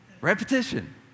Repetition